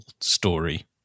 story